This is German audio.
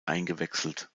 eingewechselt